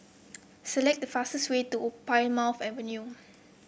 select the fastest way to Plymouth Avenue